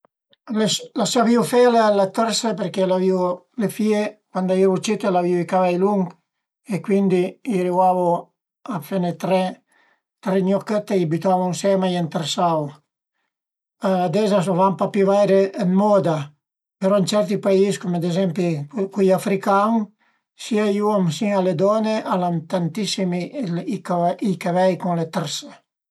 La savìu fela la tërsa përché l'avìu le fìe cuand al eru cite al avìu i cavi lung e cuindi i arivavu a fene tre gnochëtte, i bütavu ënsema e i ëntresavu, ades a van papi vaire dë moda, però ën certi pais, ad ezempi cui african sia i om sia le don-e al an tantissim i cavei cavei cun le tërse